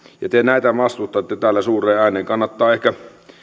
ja te näitä vastustatte täällä suureen ääneen kannattaa ehkä